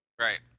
Right